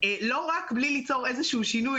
לא רק בלי ליצור שינוי,